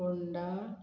Ponda